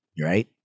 right